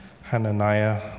Hananiah